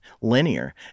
linear